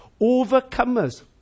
overcomers